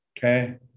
Okay